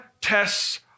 tests